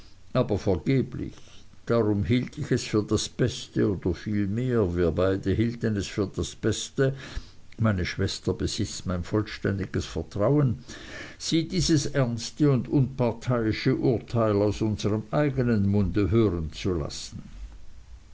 aber vergeblich darum hielt ich es für das beste oder vielmehr wir beide hielten es für das beste meine schwester besitzt mein vollständiges vertrauen sie dieses ernste und unparteiische urteil aus unserem eigenen munde hören zu lassen